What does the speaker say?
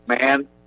man